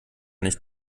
nicht